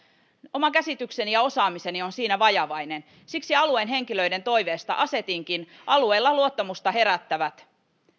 oma käsitykseni ja osaamiseni siinä on vajavainen siksi alueen henkilöiden toiveesta asetinkin alueella luottamusta herättävät